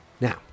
Now